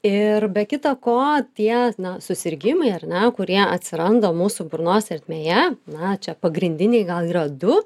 ir be kita ko tie na susirgimai ar ne kurie atsiranda mūsų burnos ertmėje na čia pagrindiniai gal yra du